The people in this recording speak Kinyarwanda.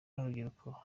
n’urubyiruko